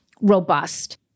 robust